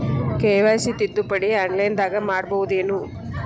KYC ತಿದ್ದುಪಡಿ ಆನ್ಲೈನದಾಗ್ ಮಾಡ್ಬಹುದೇನು?